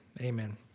Amen